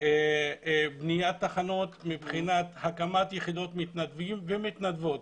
בניית תחנות, מבחינת הקמת תחנות מתנדבים ומתנדבות.